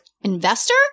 Investor